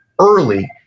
early